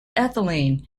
ethylene